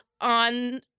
on